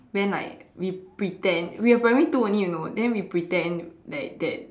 then like we pretend we were primary two only you know then we pretend like that